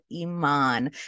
Iman